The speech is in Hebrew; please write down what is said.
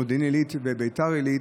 מודיעין עילית וביתר עילית,